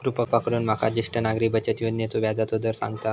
कृपा करून माका ज्येष्ठ नागरिक बचत योजनेचो व्याजचो दर सांगताल